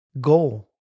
goal